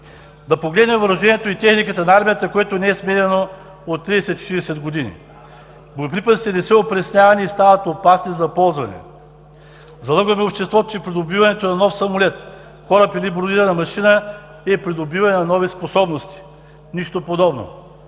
Да погледнем въоръжението и техниката на армията, което не е сменяно от 30 – 40 години. Боеприпасите не са опреснявани и стават опасни за ползване. Залъгваме обществото, че придобиването на нов самолет, кораб или бронирана машина е придобиване на нови способности. Нищо подобно!